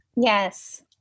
yes